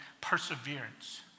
perseverance